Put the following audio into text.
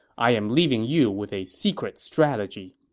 i am leaving you with a secret strategy.